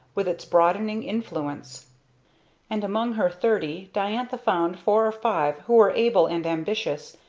with its broadening influence and among her thirty diantha found four or five who were able and ambitious,